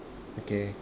okay